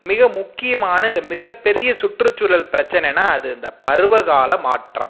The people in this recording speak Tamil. மிக முக்கியமான மிகப்பெரிய சுற்றுச்சூழல் பிரச்சினைனா அது இந்த பருவகால மாற்றம்